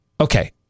okay